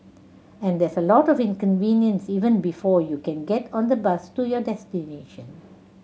and there's a lot of inconvenience even before you can get on the bus to your destination